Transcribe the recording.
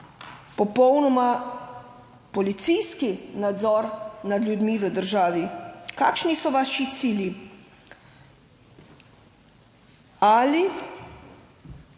popolnoma policijski nadzor nad ljudmi v državi. Kakšni so vaši cilji? Ali